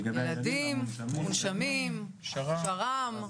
ילדים, מונשמים, שר"מ.